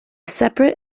separate